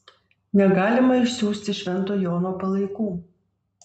negalima išsiųsti švento jono palaikų